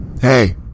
Hey